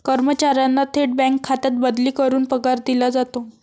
कर्मचाऱ्यांना थेट बँक खात्यात बदली करून पगार दिला जातो